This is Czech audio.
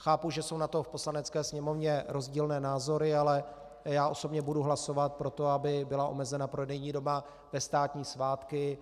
Chápu, že jsou na to v Poslanecké sněmovně rozdílné názory, ale já osobně budu hlasovat pro to, aby byla omezena prodejní doba ve státní svátky.